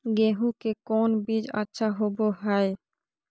गेंहू के कौन बीज अच्छा होबो हाय?